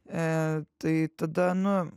e tai tada nu